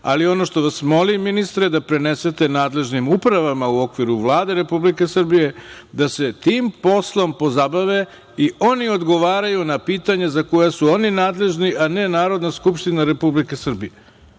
ali ono što vas molim ministre, da prenesete nadležnim upravama u okviru Vlade Republike Srbije da se tim poslom pozabave i oni odgovaraju na pitanja za koja su oni nadležni, a ne Narodna skupština Republike Srbije,